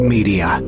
Media